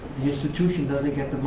the institution doesn't get